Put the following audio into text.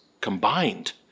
combined